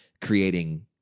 creating